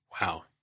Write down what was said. Wow